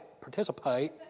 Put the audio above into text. participate